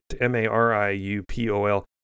M-A-R-I-U-P-O-L